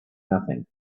nothing